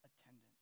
attendance